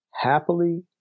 happily